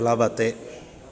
प्लवते